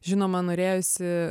žinoma norėjosi